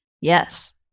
Yes